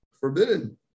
forbidden